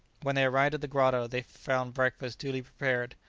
when they arrived at the grotto, they found breakfast duly prepared.